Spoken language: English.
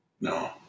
No